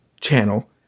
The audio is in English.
channel